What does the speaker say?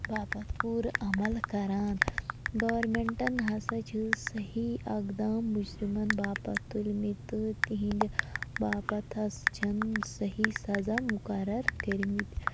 باپَتھ پوٗرٕ عمل کَران گورمِنٹَن ہسا چھِ صحیح اقدام مُجرِمَن باپَتھ تُلۍ مٕتۍ تہٕ تِہنٛدِ باپَتھ ہَس چھنہٕ صحیح سزا مُقرر کٔرۍ مٕتۍ